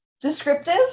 descriptive